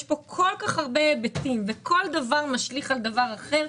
יש כאן כל כך הרבה היבטים וכל דבר משליך על דבר אחר.